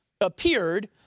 appeared